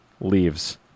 Leaves